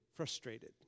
frustrated